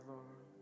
Lord